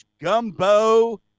Gumbo